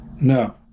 no